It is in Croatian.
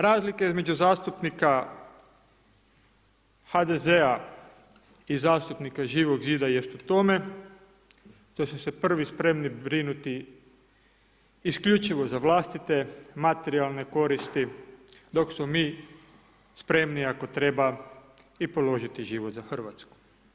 Razlika između zastupnika HDZ-a i zastupnika Živog zida jest u tome što su se prvi spremni brinuti isključivo za vlastite, materijalne koristi dok smo mi spremni ako treba i položiti život za Hrvatsku.